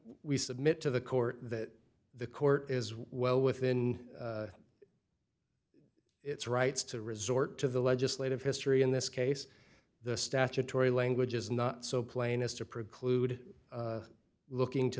we submit to the court that the court is well within its rights to resort to the legislative history in this case the statutory language is not so plain as to preclude looking to